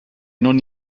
non